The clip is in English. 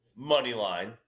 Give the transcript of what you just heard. Moneyline